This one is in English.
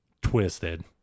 Twisted